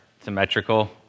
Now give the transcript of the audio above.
symmetrical